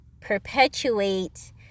perpetuate